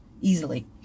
easily